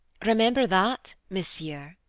remember that, monsieur,